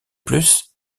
plus